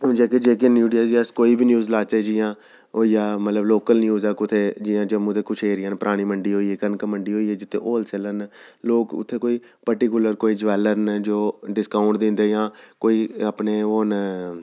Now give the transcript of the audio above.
जेह्के जेह्के मीडिया च अस कोई बी न्यूज़ लाचै जि'यां होइया मतलब लोकल न्यूज़ ऐ कुतै जि'यां जम्मू दे कुछ एरिये न परानी मंडी होई कनक मंडी होई जि'त्थें होल सेलां न लोग उ'त्थें कोई पर्टिकुलर ज्वैलर न कोई जो डिस्काउंट दिंदे जां कोई अपने ओह् न